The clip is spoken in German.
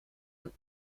und